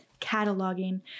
cataloging